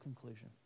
conclusion